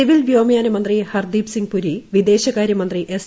civil വ്യോമയാന മന്ത്രി ഹർദ്ദീപ് സിങ് പുരി വിദേശകാര്യമന്ത്രി എസ്